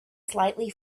slightly